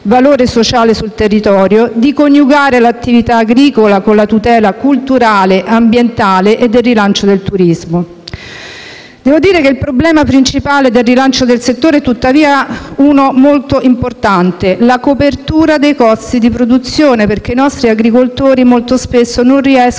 Grazie a tutti.